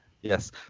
Yes